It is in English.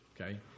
okay